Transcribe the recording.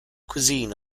cuisine